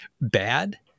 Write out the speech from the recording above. bad